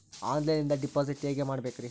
ಆನ್ಲೈನಿಂದ ಡಿಪಾಸಿಟ್ ಹೇಗೆ ಮಾಡಬೇಕ್ರಿ?